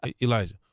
Elijah